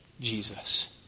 Jesus